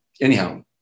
anyhow